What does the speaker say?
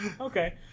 Okay